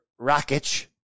Rakic